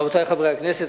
רבותי חברי הכנסת,